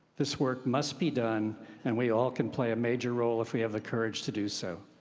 this work must be done and we all can play a major role if we have the courage to do so.